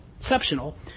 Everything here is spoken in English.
exceptional